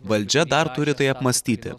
valdžia dar turi tai apmąstyti